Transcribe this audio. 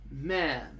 man